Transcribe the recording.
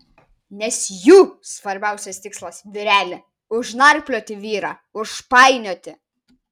nes jų svarbiausias tikslas vyreli užnarplioti vyrą užpainioti